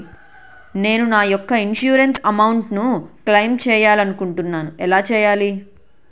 నేను నా యెక్క ఇన్సురెన్స్ అమౌంట్ ను క్లైమ్ చేయాలనుకుంటున్నా ఎలా చేయాలి?